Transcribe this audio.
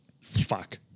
Fuck